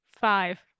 Five